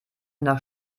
nach